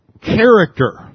character